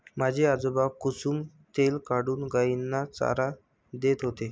माझे आजोबा कुसुम तेल काढून गायींना चारा देत होते